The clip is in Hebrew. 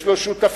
יש לו שותפים.